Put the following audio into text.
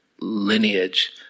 lineage